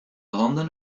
handen